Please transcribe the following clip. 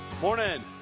Morning